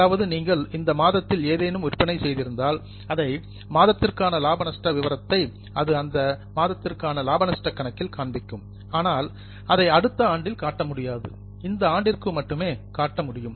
அதாவது நீங்கள் இந்த மாதத்தில் ஏதேனும் விற்பனை செய்திருந்தால் இந்த மாதத்திற்கான லாப நஷ்ட விபரத்தை அது இந்த மாதத்திற்கான லாப நஷ்டக் கணக்கில் காண்பிக்கும் ஆனால் அதை அடுத்த ஆண்டில் காட்ட முடியாது இந்த ஆண்டிற்கு மட்டுமே காட்ட முடியும்